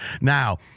Now